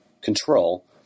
control